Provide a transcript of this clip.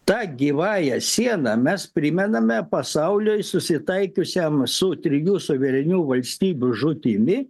ta gyvąja siena mes primename pasauliui susitaikiusiam su trijų suverenių valstybių žūtimi